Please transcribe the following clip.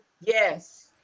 Yes